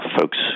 folks